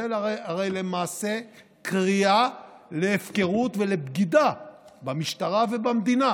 זה הרי למעשה קריאה להפקרות ולבגידה במשטרה ובמדינה,